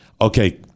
Okay